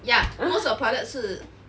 ya most of the pilot 是